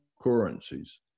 currencies